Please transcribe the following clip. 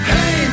Hey